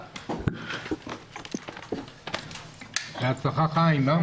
הישיבה ננעלה בשעה 10:50.